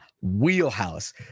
wheelhouse